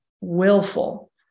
willful